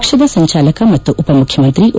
ಪಕ್ಷದ ಸಂಚಾಲಕ ಮತ್ತು ಉಪಮುಖ್ಯಮಂತ್ರಿ ಓ